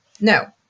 no